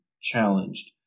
challenged